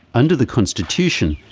under the constitution,